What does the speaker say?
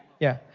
yeah,